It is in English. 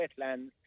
Wetlands